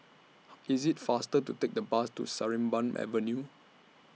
IT IS faster to Take The Bus to Sarimbun Avenue